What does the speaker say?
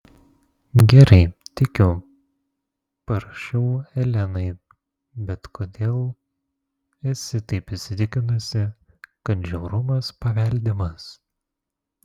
gerai tikiu parašiau elenai bet kodėl esi taip įsitikinusi kad žiaurumas paveldimas